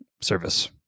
service